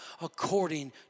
according